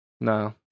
No